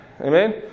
Amen